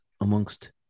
amongst